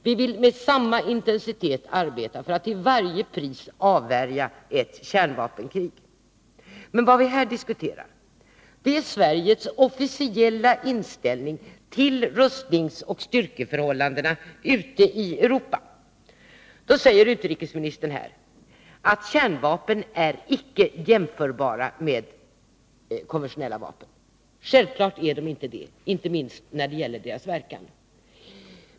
Vi vill med samma intensitet arbeta för att till varje pris avvärja ett kärnvapenkrig. Men vad vi här diskuterar är Sveriges officiella inställning till rustningsoch styrkeförhållandena ute i Europa. Då säger utrikesministern att kärnvapen icke är jämförbara med konventionella vapen. Självfallet är de inte det, framför allt inte när det gäller deras verkan.